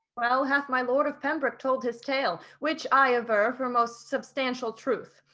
well hath my lord of pembroke told his tale, which i aver for most substantial truth,